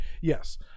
yes